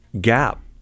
gap